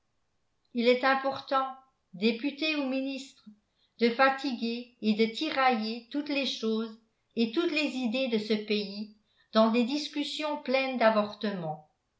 il est important députés ou ministres de fatiguer et de tirailler toutes les choses et toutes les idées de ce pays dans des discussions pleines d'avortements